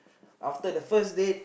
after the first date